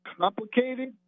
complicated